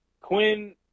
Quinn